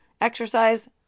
Exercise